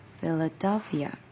Philadelphia